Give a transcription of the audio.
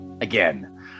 again